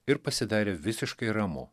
ir pasidarė visiškai ramu